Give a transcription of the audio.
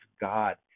God